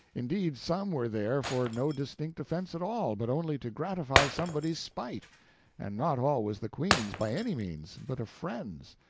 indeed, some were there for no distinct offense at all, but only to gratify somebody's spite and not always the queen's by any means, but a friend's.